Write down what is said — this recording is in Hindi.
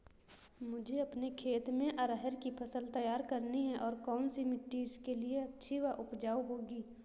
मुझे अपने खेत में अरहर की फसल तैयार करनी है और कौन सी मिट्टी इसके लिए अच्छी व उपजाऊ होगी?